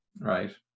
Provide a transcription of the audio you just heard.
Right